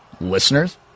Listeners